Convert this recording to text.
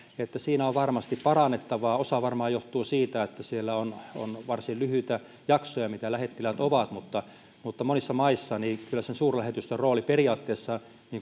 että siinä on varmasti parannettavaa osa varmaan johtuu siitä että siellä on on varsin lyhyitä jaksoja mitä lähettiläät ovat mutta kyllä monissa maissa suurlähetystön rooli periaatteessa